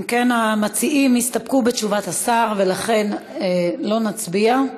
המציעים הסתפקו בתשובת השר, ולכן לא נצביע.